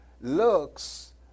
looks